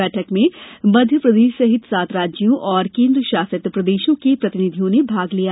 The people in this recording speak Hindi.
बैठक में मप्र सहित सात राज्यों और केन्द्र शासित प्रदेशों के प्रतिनिधियों ने भाग लिया